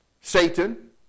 Satan